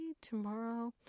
tomorrow